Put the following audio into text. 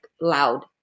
loud